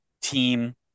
team